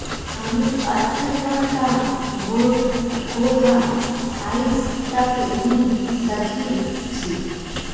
हामी अट्टनता घोंघा आइज तक नी दखिल छि